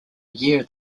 year